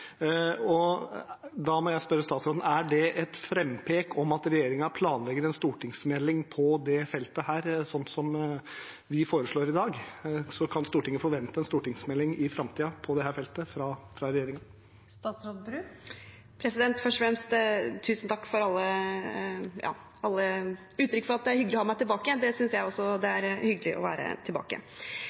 Da må jeg spørre statsråden: Er det et frampek om at regjeringen planlegger en stortingsmelding på dette feltet, slik vi foreslår i dag? Kan Stortinget forvente en stortingsmelding i framtiden på dette feltet fra regjeringen? Først og fremst tusen takk for alle uttrykk for at det er hyggelig å ha meg tilbake igjen. Jeg synes også det er hyggelig å være tilbake.